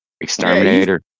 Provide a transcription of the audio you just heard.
Exterminator